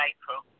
April